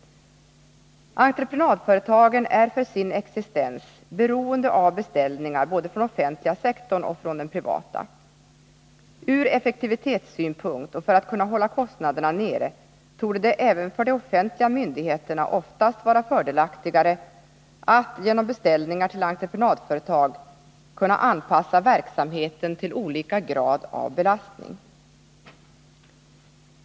Entreprenadföretagen är för sin existens beroende av beställningar från både den offentliga sektorn och från den privata. Ur effektivitetssynpunkt och för att kunna hålla kostnaderna nere torde det även för de offentliga myndigheterna oftast vara fördelaktigare att genom beställningar till entreprenadföretag kunna anpassa verksamheten till olika grad av belastning.